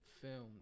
film